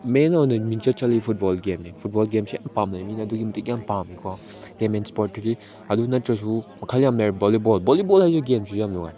ꯃꯦꯟ ꯑꯣꯏꯅ ꯃꯤꯡꯆꯠ ꯆꯠꯂꯤ ꯐꯨꯠꯕꯣꯜ ꯒꯦꯝꯅꯤ ꯐꯨꯠꯕꯣꯜ ꯒꯦꯝꯁꯤ ꯌꯥꯝ ꯄꯥꯝꯅꯩ ꯃꯤꯅ ꯑꯗꯨꯛꯀꯤ ꯃꯇꯤꯛ ꯌꯥꯝ ꯄꯥꯝꯅꯩꯀꯣ ꯒꯦꯝ ꯑꯦꯟ ꯏꯁꯄꯣꯔꯠꯇꯗꯤ ꯑꯗꯨ ꯅꯠꯇ꯭ꯔꯁꯨ ꯃꯈꯜ ꯌꯥꯝ ꯂꯩꯔꯦ ꯕꯣꯜꯂꯤꯕꯣꯜ ꯕꯣꯜꯂꯤꯕꯣꯜ ꯍꯥꯏꯕ ꯒꯦꯝꯁꯤꯁꯨ ꯌꯥꯝ ꯅꯨꯡꯉꯥꯏ